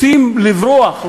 רוצים לברוח,